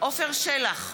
עפר שלח,